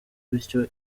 bityo